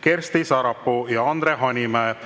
Kersti Sarapuu ja Andre Hanimäe